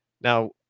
now